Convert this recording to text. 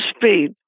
speed